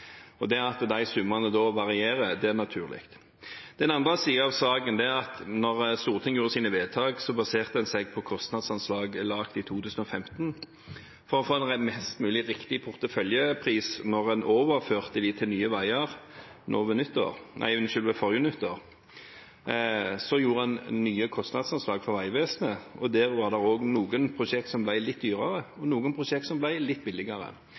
og da er det naturlig at de summene varierer. Den andre siden av saken er at da Stortinget gjorde sine vedtak, baserte en seg på kostnadsanslag laget i 2015. For å få en mest mulig riktig porteføljepris da en overførte dette til Nye Veier ved forrige nyttår, gjorde en nye kostnadsanslag for Vegvesenet. Der var det også noen prosjekter som ble litt dyrere, og noen prosjekter som ble litt billigere.